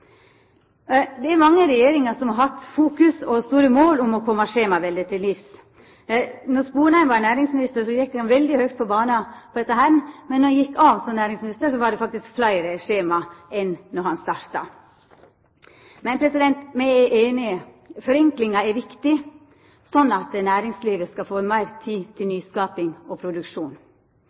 Det er mange regjeringar som har hatt fokus på og store mål om å koma skjemaveldet til livs. Da Sponheim var næringsminister, gjekk han veldig høgt på bana med dette, men da han gjekk av som næringsminister, var det faktisk fleire skjema enn da han starta. Me er einige om at forenklingar er viktige, slik at næringslivet kan få meir tid til nyskaping og produksjon.